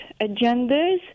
agendas